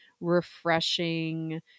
refreshing